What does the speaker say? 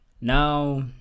Now